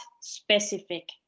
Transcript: specific